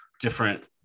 different